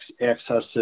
accesses